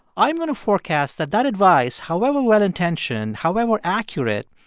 i am going to forecast that that advice, however well-intentioned, however accurate,